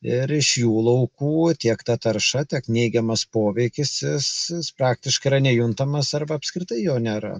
ir iš jų laukų tiek ta tarša tiek neigiamas poveikis jis praktiškai yra nejuntamas arba apskritai jo nėra